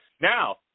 Now